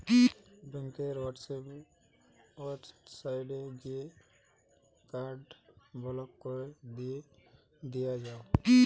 ব্যাংকের ওয়েবসাইটে গিয়ে কার্ড ব্লক কোরে দিয়া যায়